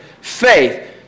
Faith